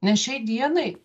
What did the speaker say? nes šiai dienai